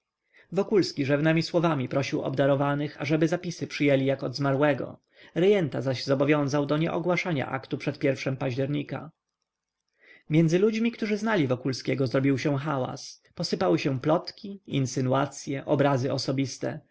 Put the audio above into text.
skierniewic wokulski rzewnemi słowami prosił obdarowanych ażeby zapisy przyjęli jak od zmarłego rejenta zaś zobowiązał do nieogłaszania aktu przed pierwszym października między ludźmi którzy znali wokulskiego zrobił się hałas posypały się plotki insynuacye obrazy osobiste